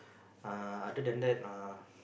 uh other than that uh